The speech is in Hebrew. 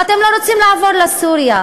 אתם לא רוצים לעבור לסוריה.